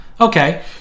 okay